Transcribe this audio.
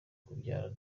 kubyara